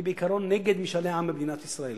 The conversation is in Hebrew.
אני בעיקרון נגד משאלי עם במדינת ישראל,